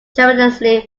tremendously